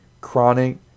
chronic